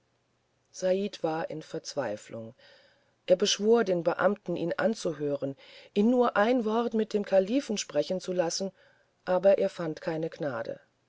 said war in verzweiflung er beschwor den beamten ihn anzuhören ihn nur ein wort mit dem kalifen sprechen zu lassen aber er fand keine gnade